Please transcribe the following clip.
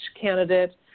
candidate